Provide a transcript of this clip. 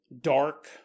dark